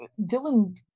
Dylan